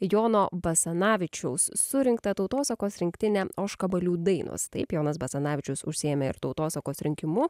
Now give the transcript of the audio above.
jono basanavičiaus surinktą tautosakos rinktinę ožkabalių dainos taip jonas basanavičius užsiėmė ir tautosakos rinkimu